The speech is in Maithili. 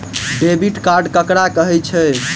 डेबिट कार्ड ककरा कहै छै?